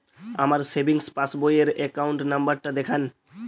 আমার সেভিংস পাসবই র অ্যাকাউন্ট নাম্বার টা দেখান?